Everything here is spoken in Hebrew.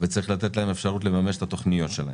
וצריך לתת להם אפשרות לממש את התוכניות שלהם.